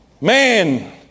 Man